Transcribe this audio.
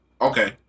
Okay